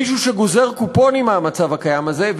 מישהו שגוזר קופונים מהמצב הקיים הזה.